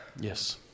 Yes